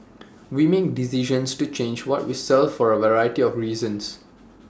we make decisions to change what we sell for A variety of reasons